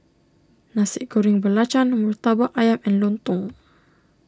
Nasi Goreng Belacan Murtabak Ayam and Lontong